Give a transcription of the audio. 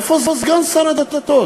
איפה סגן שר הדתות,